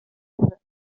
ihrer